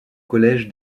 collège